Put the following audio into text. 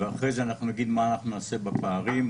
ואחרי זה נגיד מה אנחנו נעשה בפערים.